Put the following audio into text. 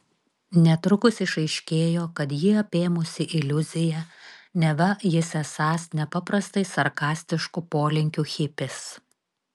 netrukus išaiškėjo kad jį apėmusi iliuzija neva jis esąs nepaprastai sarkastiškų polinkių hipis